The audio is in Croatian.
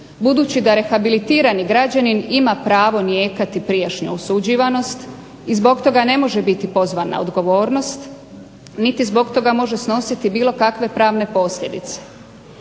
budući da rehabilitirani građanin ima pravo nijekati prijašnju osuđivanost, i zbog toga ne može biti pozvan na odgovornost, niti zbog toga može snositi bilo kakve pravne posljedice.